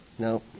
No